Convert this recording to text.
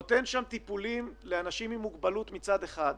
הוא נותן טיפולים לאנשים עם מוגבלות מצד אחד,